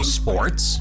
sports